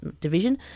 division